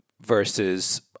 versus